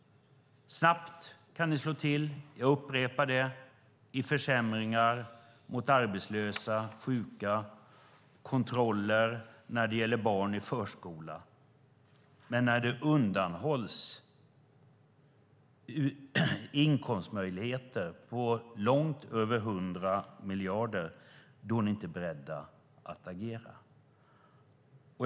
Snabbt kan ni slå till, jag upprepar det, med försämringar mot arbetslösa, sjuka och med kontroller när det gäller barn i förskola. Men när det undanhålls inkomstmöjligheter på långt över 100 miljarder är ni inte beredda att agera.